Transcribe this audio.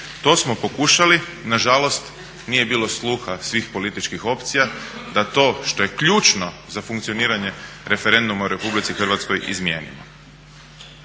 To smo pokušali i na žalost nije bilo sluha svih političkih opcija, da to što je ključno za funkcioniranje referenduma u RH izmijenimo.